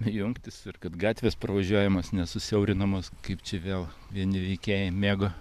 jungtys ir kad gatvės pravažiuojamos nesusiaurinamos kaip čia vėl vieni veikėjai mėgo